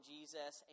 Jesus